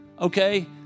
Okay